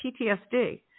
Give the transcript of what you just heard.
PTSD